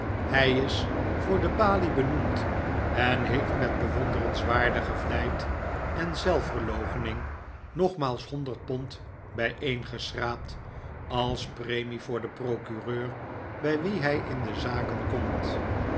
hij is voor de balie benoemd en heeft met bewonderenswaardige vlijt en zelfverloochening nogmaals honderd pond bijeen geschraapt als premie voor den procureur bij wien hij in de zaken komt